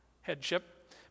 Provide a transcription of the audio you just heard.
headship